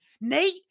Nate